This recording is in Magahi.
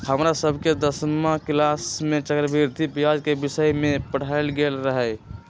हमरा सभके दसमा किलास में चक्रवृद्धि ब्याज के विषय में पढ़ायल गेल रहै